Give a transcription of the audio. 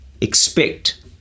Expect